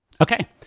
Okay